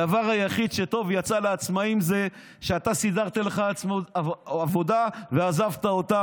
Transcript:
הדבר היחיד הטוב שיצא לעצמאים הוא שאתה סידרת לך עבודה ועזבת אותם,